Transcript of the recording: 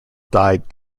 died